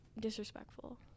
Disrespectful